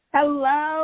Hello